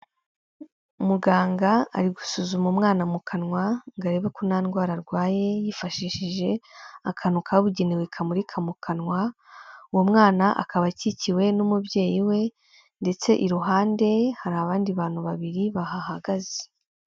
Muganga ari gusuzuma umwana mu kanwa ngo arebe ko nta ndwara arwaye yifashishije akantu kabugenewe kamurika mu kanwa, uwo mwana akaba akikiwe n'umubyeyi we ndetse iruhande hari abandi bantu babiri bahahagaze.